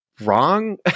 wrong